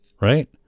right